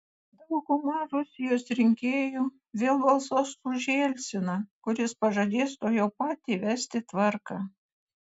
dauguma rusijos rinkėjų vėl balsuos už jelciną kuris pažadės tuojau pat įvesti tvarką